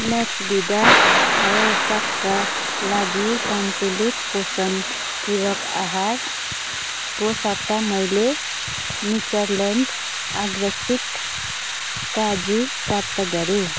Maxvida अवस्यक लागि सन्तुलित पोषण पूरक आहारको सट्टा मैले नेचरल्यान्ड अग्रासिक काजु प्राप्त गरेँ